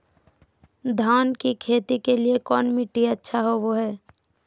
धान की खेती के लिए कौन मिट्टी अच्छा होबो है?